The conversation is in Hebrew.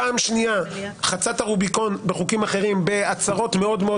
פעם שנייה חצה את הרוביקון בחוקים אחרים בהצהרות מאוד מאוד